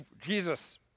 Jesus